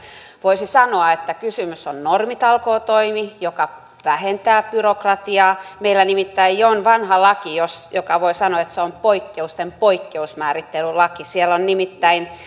voisi sanoa että kysymyksessä on normitalkootoimi joka vähentää byrokratiaa meillä nimittäin on jo vanha laki josta voi sanoa että se on poikkeusten poikkeusten määrittelylaki siellä on nimittäin